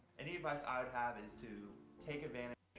any advice i have is to take advantage